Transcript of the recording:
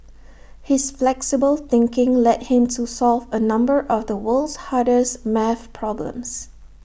his flexible thinking led him to solve A number of the world's hardest math problems